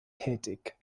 tätig